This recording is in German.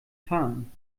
fahren